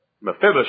Mephibosheth